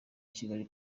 kigali